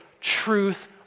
truth